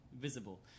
Visible